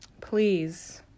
Please